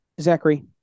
Zachary